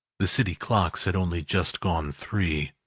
the city clocks had only just gone three,